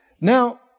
Now